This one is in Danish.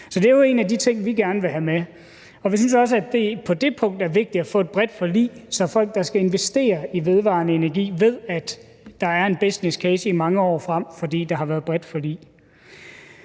Så det er jo en af de ting, vi gerne vil have med. Og vi synes også, at det på det punkt er vigtigt at få et bredt forlig, så folk, der skal investere i vedvarende energi, ved, at der er en businesscase i mange år frem, fordi der har været et bredt forlig.